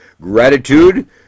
gratitude